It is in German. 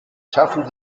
schafften